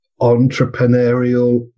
entrepreneurial